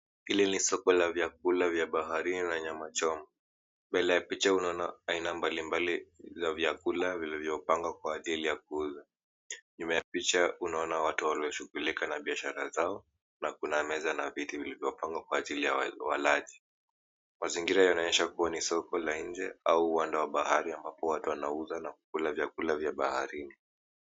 Hili ni soko la vyakula vya baharini na nyama choma. Mbele ya picha unaona aina mbalimbali za vyakula vilivyopangwa kwa ajili ya kuuzwa. Nyuma ya picha unaona watu wanaoshughulika na biashara zao na kuna meza na viti vilivyopangwa kwa ajili ya walaji. Mazingira yanaonyesha kuwa ni soko la nje au uwanda wa bahari ambapo watu wanauza na kukula vyakula vya baharini.